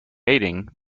mating